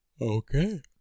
Okay